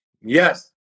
Yes